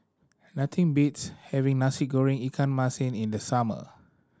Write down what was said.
nothing beats having Nasi Goreng ikan masin in the summer